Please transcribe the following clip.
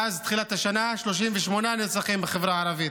מאז תחילת השנה, 38 נרצחים בחברה הערבית.